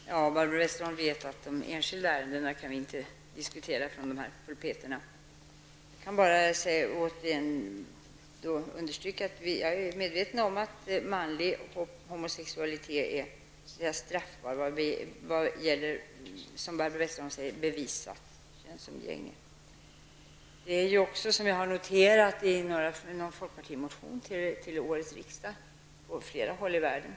Herr talman! Barbro Westerholm vet att vi inte kan diskutera enskilda ärenden från dessa pulpeter. Jag kan bara återigen understryka att jag är medveten om att manlig homosexualitet är straffbar när det gäller, som Barbro Westerholm säger, bevisat könsumgänge. Jag har i en folkpartimotion till årets riksdag noterat att det är på det sättet på flera håll i världen.